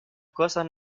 cosas